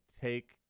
take